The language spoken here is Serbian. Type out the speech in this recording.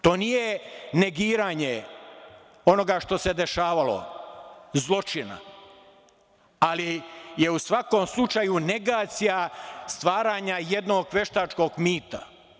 To nije negiranje onoga što se dešavalo, zločina, ali je u svakom slučaju negacija stvaranja jednog veštačkog mita.